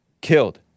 Killed